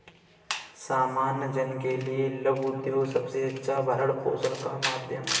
सामान्य जन के लिये लघु उद्योग सबसे अच्छा भरण पोषण का माध्यम है